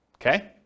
Okay